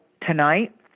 tonight